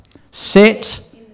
Sit